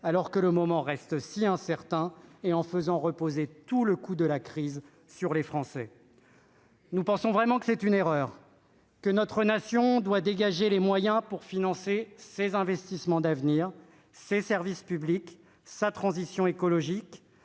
alors que le moment est marqué par tant d'incertitude, et en faisant reposer tout le coût de la crise sur les Français. Nous pensons vraiment que c'est une erreur. Notre nation doit dégager les moyens pour financer ses investissements d'avenir, ses services publics et sa transition écologique.